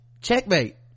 Checkmate